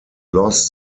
lost